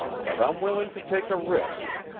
but i'm willing to take a risk.